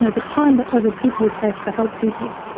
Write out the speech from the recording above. ah the time that other people take to help people.